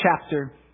chapter